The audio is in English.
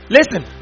Listen